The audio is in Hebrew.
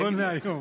נכון להיום.